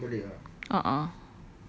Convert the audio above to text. just now a'ah